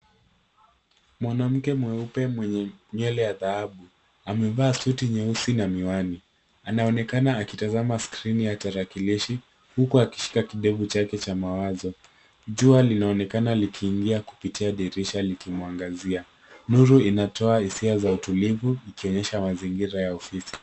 Mwanamke mweupe mwenye ywele ya dhahabu, amevaa suti nyeusi na miwani. Anaonekana akitazama skrini ya tarakilishi, huku akishika kidevu chake cha mawazo. Jua linaonekana likiingia kupitia dirisha likimwangazia. Nuru inatoa hisia za utulivu ikionyesha mazingira ya ofisi.